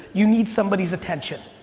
you need somebody's attention.